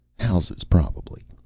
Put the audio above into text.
houses, probably.